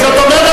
זאת אומרת,